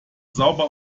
sauber